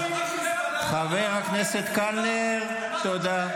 וכשפינדרוס אמר ------ חבר הכנסת קלנר, תודה.